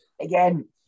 again